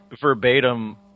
verbatim